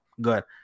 Good